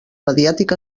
mediàtic